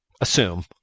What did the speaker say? assume